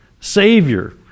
Savior